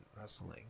wrestling